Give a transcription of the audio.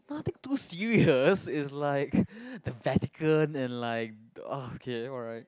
nothing too serious is like the Vatican and like okay alright